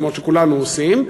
כמו שכולנו עושים,